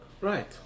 Right